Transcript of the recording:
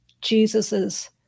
Jesus's